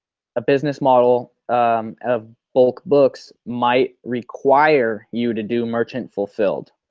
a business model of bulk books might require you to do merchant fulfilled.